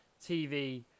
TV